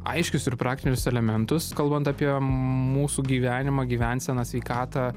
aiškius ir praktinius elementus kalbant apie mūsų gyvenimą gyvenseną sveikatą